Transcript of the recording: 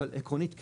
אבל עקרונית כן,